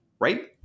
right